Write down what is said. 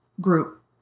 group